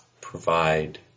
provide